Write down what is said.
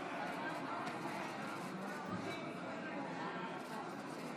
חוק-יסוד: הממשלה (תיקון מס' 12),